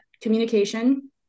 communication